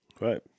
Right